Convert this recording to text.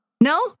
No